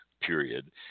period